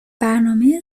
برنامه